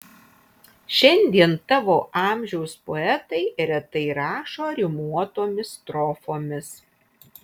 šiandien tavo amžiaus poetai retai rašo rimuotomis strofomis